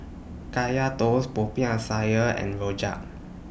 Kaya Toast Popiah Sayur and Rojak